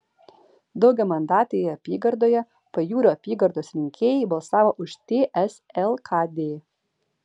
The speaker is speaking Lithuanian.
daugiamandatėje apygardoje pajūrio apygardos rinkėjai balsavo už ts lkd